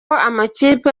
amakipe